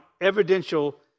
evidential